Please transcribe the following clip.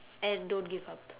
and don't give up